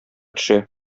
төшә